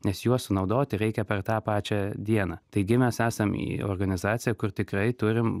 nes juos sunaudoti reikia per tą pačią dieną taigi mes esam į organizacija kur tikrai turim